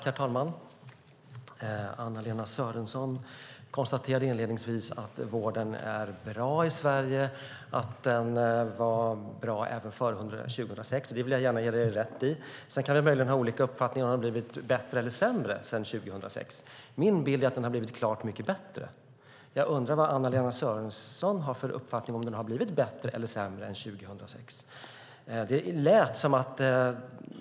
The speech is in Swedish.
Herr talman! Anna-Lena Sörenson, du konstaterade inledningsvis att vården är bra i Sverige och att den var bra även före 2006, och det vill jag gärna ge dig rätt i. Sedan kan vi möjligen ha olika uppfattning när det gäller om den har blivit bättre eller sämre sedan 2006. Min bild är att den har blivit klart mycket bättre. Jag undrar om Anna-Lena Sörensons uppfattning är att den har blivit bättre eller sämre än 2006.